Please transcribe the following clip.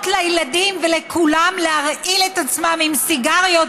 לילדים ולכולם להרעיל את עצמם בסיגריות,